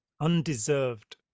undeserved